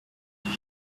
into